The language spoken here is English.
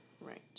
Right